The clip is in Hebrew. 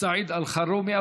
סעיד אלחרומי.